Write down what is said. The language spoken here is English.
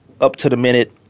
up-to-the-minute